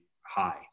high